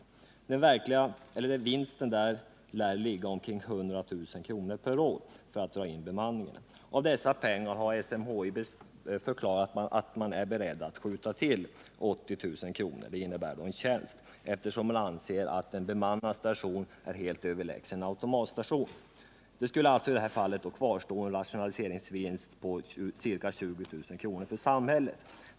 Vinsten av att dra in bemanningen på Rödkallen lär ligga omkring 100 000 kr. per år. Av dessa pengar har SMHI förklarat sig berett att skjuta till 80 000 kr. — en tjänst — eftersom man anser att en bemannad station är helt överlägsen en automatstation. Kvar skulle alltså stå en rationaliseringsvinst på 20000 kr. för samhället.